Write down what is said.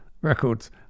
records